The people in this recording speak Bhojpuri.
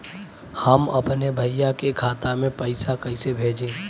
हम अपने भईया के खाता में पैसा कईसे भेजी?